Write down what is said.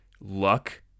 luck